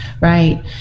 right